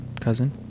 Cousin